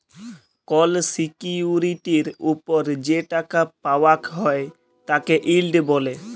call সিকিউরিটির ওপর যে টাকা পাওয়াক হ্যয় তাকে ইল্ড ব্যলে